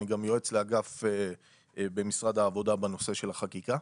אני גם יועץ לאגף במשרד העבודה בנושא של החקיקה.